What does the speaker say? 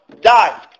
die